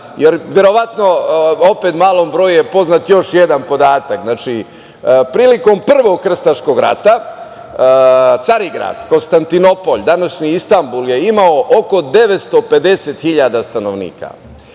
jer verovatno opet malom broju je poznat još jedan podatak. Znači, prilikom Prvog krstaškog rata, Carigrad, odnosno Konstantinopolj, današnji Istambul je imao oko 950 hiljada stanovnika.